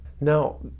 Now